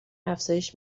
افزایش